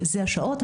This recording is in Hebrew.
אלה השעות.